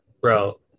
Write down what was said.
bro